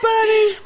Buddy